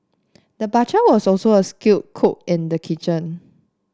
the butcher was also a skilled cook in the kitchen